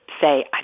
say